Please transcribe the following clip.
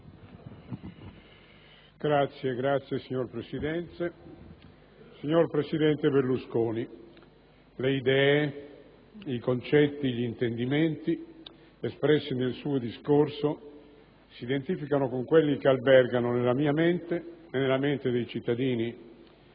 *(PdL)*. Signora Presidente, signor presidente Berlusconi, le idee, i concetti gli intendimenti espressi nel suo discorso si identificano con quelli che albergano nella mia mente e nella mente dei cittadini